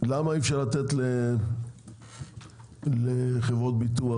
למה אי אפשר לתת לחברות ביטוח